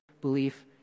belief